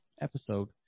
episode